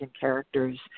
characters